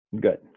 Good